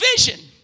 vision